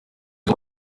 rwo